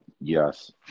Yes